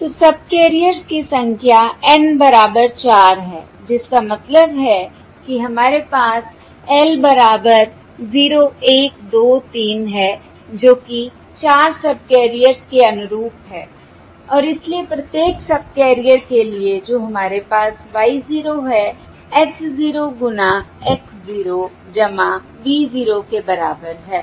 तो सबकैरियर्स की संख्या N बराबर 4 है जिसका मतलब है कि हमारे पास l बराबर 0 1 2 3 है जो कि 4 सबकैरियर्स के अनुरूप है और इसलिए प्रत्येक सबकैरियर के लिए जो हमारे पास Y 0 है H 0 गुना X 0 और V 0 के बराबर है